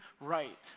right